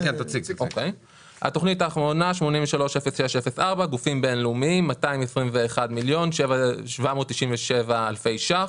תכנית 830604 - גופים בינלאומיים 221 מיליון 797 אלפי ש"ח.